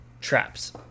traps